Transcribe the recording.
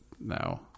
No